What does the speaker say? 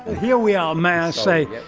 here we are, may i say,